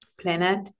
planet